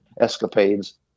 escapades